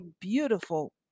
beautiful